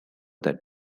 that